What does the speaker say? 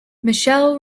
michelle